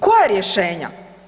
Koja rješenja?